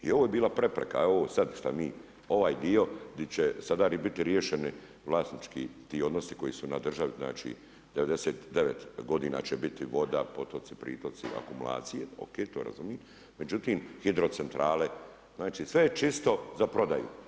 I ovo je bila prepreka, ovo sad što mi ovaj dio, gdje će … riješeni vlasnički ti odnosi, koji su na državi, znači 99 godina će biti voda, potoci, pritoci, akumulacije, OK, to razumijem, međutim, hidrocentrale, znači sve je čisto za prodaju.